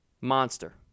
Monster